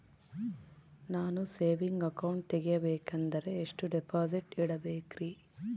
ನಾನು saving account ತೆಗಿಬೇಕಂದರ ಎಷ್ಟು ಡಿಪಾಸಿಟ್ ಇಡಬೇಕ್ರಿ?